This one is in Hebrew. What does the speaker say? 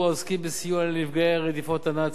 העוסקים בסיוע לנפגעי רדיפות הנאצים.